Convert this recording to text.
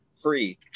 free